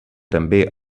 també